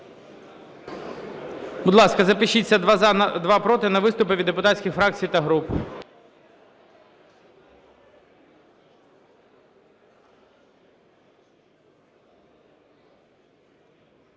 Будь-ласка, запишіться: два – за, два – проти на виступи від депутатських фракцій та груп.